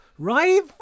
Right